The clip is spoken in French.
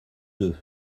deux